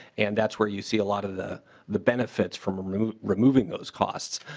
and that's where you see a lot of the the benefits from removing removing those costs.